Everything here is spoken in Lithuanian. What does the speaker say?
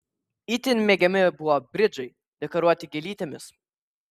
itin mėgiami buvo bridžai dekoruoti gėlytėmis